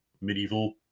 medieval